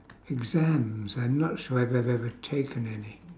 exams I'm not sure if I've ever taken any